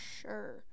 sure